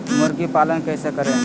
मुर्गी पालन कैसे करें?